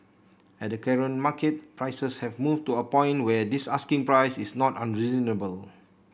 at the current market prices have moved to a point where this asking price is not unreasonable